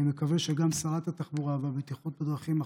אני מקווה שגם שרת התחבורה והבטיחות בדרכים החדשה,